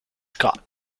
scott